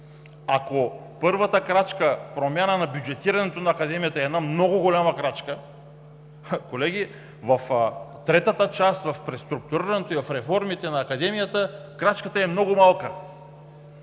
Ако първата крачка – промяна на бюджетирането на Академията, е много голяма крачка, колеги, в третата част – преструктурирането и в реформите на Академията, крачката е много малка.